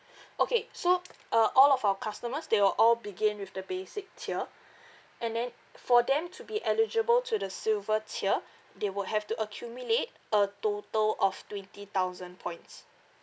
okay so uh all of our customers they will all begin with the basic tier and then for them to be eligible to the silver tier they will have to accumulate a total of twenty thousand points